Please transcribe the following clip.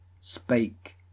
spake